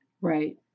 Right